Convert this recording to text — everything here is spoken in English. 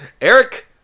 eric